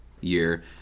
year